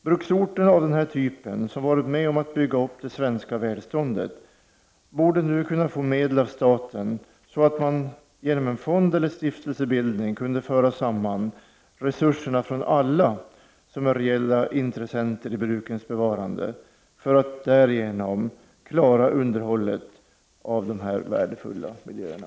Bruksorter av den här typen, som varit med om att bygga upp det svenska välståndet, borde nu kunna få medel av staten så att man genom en fond eller stiftelsebildning kan föra samman resurserna från alla som är reella intressenter i brukens bevarande för att därigenom klara underhållet av de här värdefulla miljöerna.